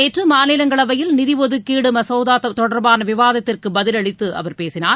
நேற்று மாநிலங்களவையில் நிதி ஒதுக்கிடு மசோதா மீதான விவாதத்திற்கு பதிலளித்து அவர் பேசினார்